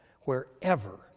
wherever